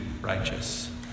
righteous